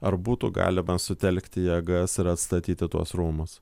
ar būtų galima sutelkti jėgas ir atstatyti tuos rūmus